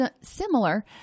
similar